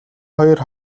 хоёр